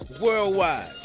worldwide